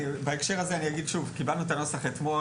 בהקשר הזה אני אגיד שוב, קיבלנו את הנוסח אתמול.